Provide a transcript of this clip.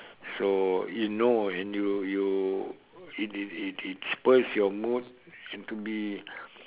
so you know and you you it it it it spurs your mood to be